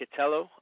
Catello